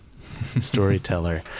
storyteller